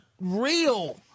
real